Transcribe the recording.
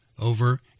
over